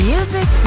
Music